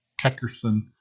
Kekerson